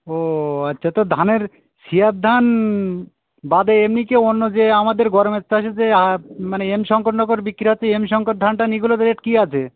ও আচ্ছা তো ধানের ছিয়ার ধান বাদে এমনি কি অন্য যে আমাদের গরমের চাষে যে মানে এম শঙ্কর নগর বিক্রি আছে এম শঙ্কর ধান টান এগুলোর রেট কী আছে